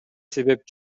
себеп